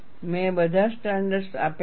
મેં બધા સ્ટાન્ડર્ડ્સ આપ્યા નથી